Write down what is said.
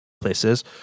places